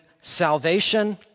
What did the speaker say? salvation